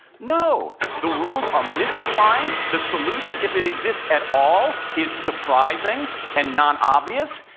no. the rules are mystifying. the solution, if it exists at all, is surprising and not obvious.